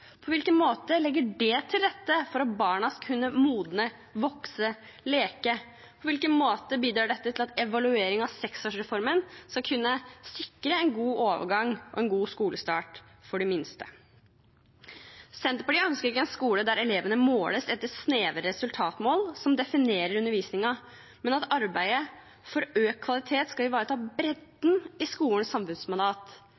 På hvilken måte legger det til rette for at barna skal kunne modnes, vokse og leke? Og på hvilken måte bidrar dette til at evaluering av 6-åringsreformen skal kunne sikre en god overgang og god skolestart for de minste? Senterpartiet ønsker ikke en skole der elevene måles etter snevre resultatmål som definerer undervisningen, men at arbeidet for økt kvalitet skal ivareta